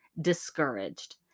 discouraged